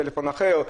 טלפון אחר,